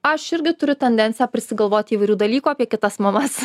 aš irgi turiu tendenciją prisigalvoti įvairių dalykų apie kitas mamas